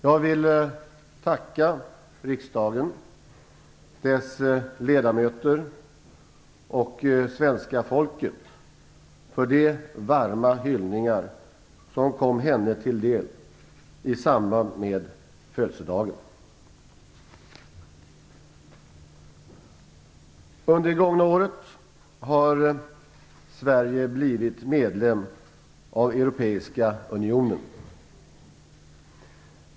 Jag vill tacka riksdagen, dess ledamöter och svenska folket för de varma hyllningar som kom henne till del i samband med födelsedagen. Under det gångna året har Sverige blivit medlem av Europeiska unionen.